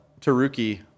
Taruki